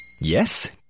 yes